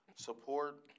support